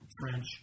French